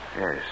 Yes